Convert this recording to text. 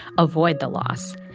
avoid the loss.